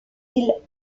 îles